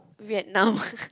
Vietnam